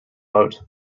boat